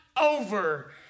over